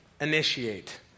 initiate